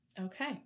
Okay